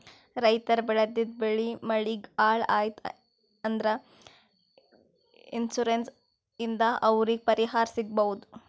ರೈತರ್ ಬೆಳೆದಿದ್ದ್ ಬೆಳಿ ಮಳಿಗ್ ಹಾಳ್ ಆಯ್ತ್ ಅಂದ್ರ ಇನ್ಶೂರೆನ್ಸ್ ಇಂದ್ ಅವ್ರಿಗ್ ಪರಿಹಾರ್ ಸಿಗ್ಬಹುದ್